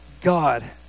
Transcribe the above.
God